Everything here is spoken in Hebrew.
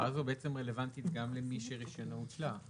ההוראה הזו בעצם רלוונטית גם למי שרישיונו הותלה,